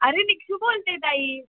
अरे दिक्षू बोलते ताई